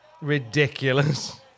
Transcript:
Ridiculous